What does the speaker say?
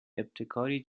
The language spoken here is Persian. ابتکاری